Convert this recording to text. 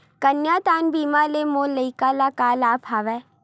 कन्यादान बीमा ले मोर लइका ल का लाभ हवय?